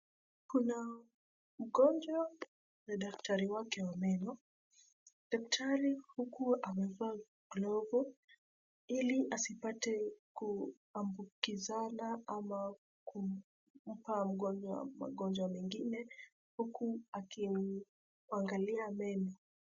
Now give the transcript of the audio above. Kuna mgonjwa na daktari wake wa meno. Daktari huku amevaa glove ili asipate kuambukizana ama kumpa mgonjwa magonjwa mengine huku akimuangalia meno.